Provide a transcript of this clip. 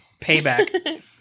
Payback